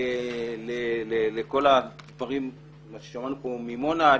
לכל הדברים כפי ששמענו כאן ממונא.